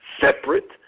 separate